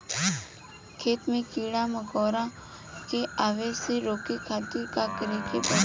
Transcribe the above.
खेत मे कीड़ा मकोरा के आवे से रोके खातिर का करे के पड़ी?